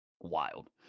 Wild